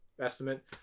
estimate